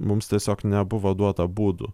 mums tiesiog nebuvo duota būdų